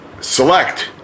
Select